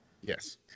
Yes